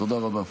תודה רבה.